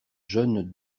jeune